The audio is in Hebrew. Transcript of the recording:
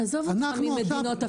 עזוב אותך ממדינות אחרות.